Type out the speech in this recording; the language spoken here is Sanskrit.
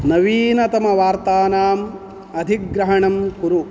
नवीनतमवार्तानाम् अधिग्रहणं कुरु